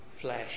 flesh